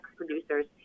producers